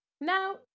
Now